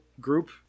group